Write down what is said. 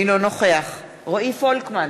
אינו נוכח רועי פולקמן,